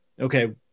okay